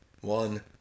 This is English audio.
One